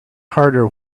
harder